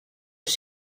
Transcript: els